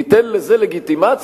ניתן לזה לגיטימציה?